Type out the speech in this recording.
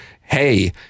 hey